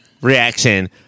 reaction